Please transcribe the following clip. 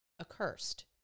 accursed